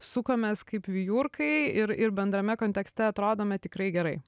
sukamės kaip vijurkai ir ir bendrame kontekste atrodome tikrai gerai